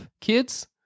kids